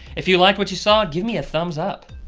if you liked what you saw give me a thumbs up.